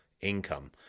income